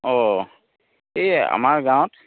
অ' এই আমাৰ গাঁৱত